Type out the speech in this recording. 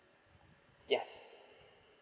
yes